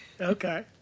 Okay